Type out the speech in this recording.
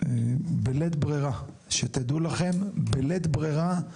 בלית ברירה, שתדעו לכם, בלית ברירה,